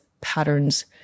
patterns